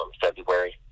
February